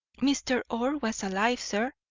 mr. orr was alive, sir,